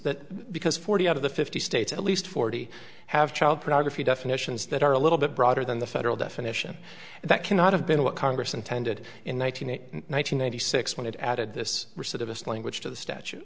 that because forty out of the fifty states at least forty have child pornography definitions that are a little bit broader than the federal definition that cannot have been what congress intended in one thousand eight thousand nine hundred six when it added this recidivist language to the statu